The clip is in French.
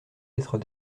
d’être